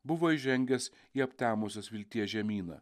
buvo įžengęs į aptemusios vilties žemyną